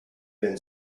been